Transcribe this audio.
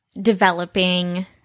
developing